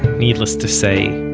needless to say,